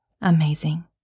Amazing